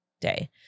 day